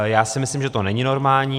Já si myslím, že to není normální.